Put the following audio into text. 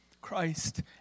Christ